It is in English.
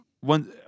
one